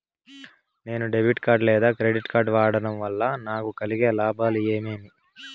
నేను debit card లేదా credit card వాడడం వల్ల నాకు కలిగే లాభాలు ఏమేమీ?